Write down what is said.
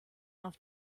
auf